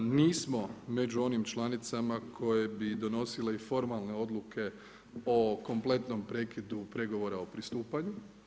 Nismo među onim članicama koje bi donosile i formalne odluke o kompletnom prekidu pregovora o pristupanju.